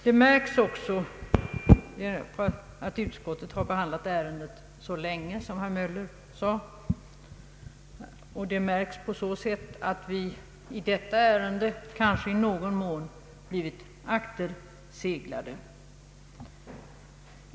Detta märks på att utskottet har behandlat ärendet så länge, som herr Möller sade, och det märks på så sätt att vi i detta ärende kanske i någon mån blivit akterseglade.